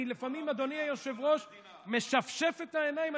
אני לפעמים, אדוני היושב-ראש, משפשף את העיניים.